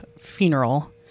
funeral